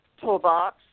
toolbox